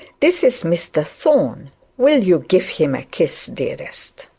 this is mr thorne will you give him a kiss, dearest